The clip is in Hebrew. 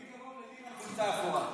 הכי קרוב ללירן חולצה אפורה.